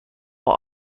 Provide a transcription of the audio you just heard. will